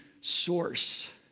source